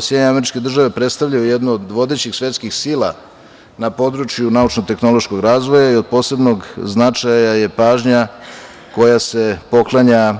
SAD predstavljaju jednu od vodećih svetskih sila na području naučno-tehnološkog razvoja i od posebnog značaja je pažnja koja se poklanja